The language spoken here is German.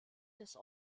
des